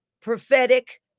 prophetic